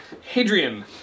Hadrian